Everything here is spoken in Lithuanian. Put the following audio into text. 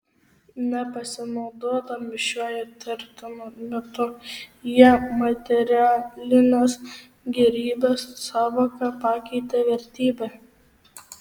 ne pasinaudodami šiuo įtartinu mitu jie materialinės gėrybės sąvoką pakeitė vertybe